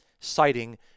citing